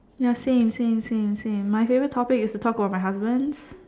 ya same same same same my favourite topic is to talk about my husbands